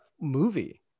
movie